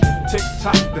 Tick-tock